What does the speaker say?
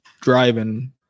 driving